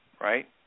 right